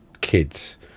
kids